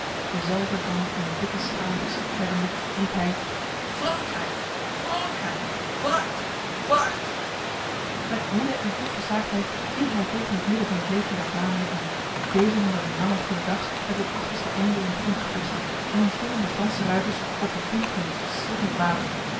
dezelve dan in een dikke schaar geschikt hebbende riep hij frankrijk frankrijk vooruit vooruit met woede en onversaagdheid viel hij tegen het midden van het leger der vlamingen in dezen hadden hun lange goedendags met het achterste einde in de grond gevestigd en ontvingen de franse ruiters op de punt van dit verschriklijk wapen